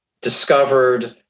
discovered